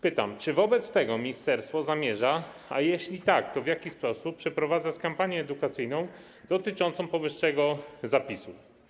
Pytam, czy wobec tego ministerstwo zamierza, a jeśli tak, to w jaki sposób, przeprowadzić kampanię edukacyjną dotyczącą powyższego zapisu.